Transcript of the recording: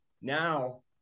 Now